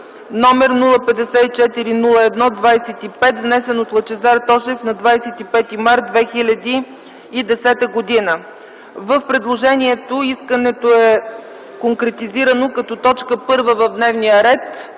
№ 054-01-25, внесен от Лъчезар Тошев на 25 март 2010 г. В предложението искането е конкретизирано като т. 1 от дневния ред.